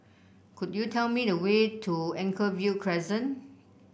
could you tell me the way to Anchorvale Crescent